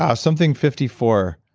ah something fifty four.